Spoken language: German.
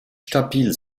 stabil